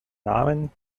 namen